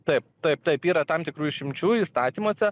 taip taip taip yra tam tikrų išimčių įstatymuose